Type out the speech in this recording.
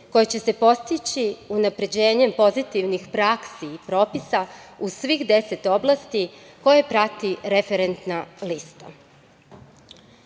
koja će se postići unapređenjem pozitivnih praksi i propisa u svih deset oblasti koje prati referentna